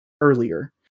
earlier